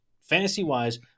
fantasy-wise